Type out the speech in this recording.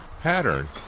pattern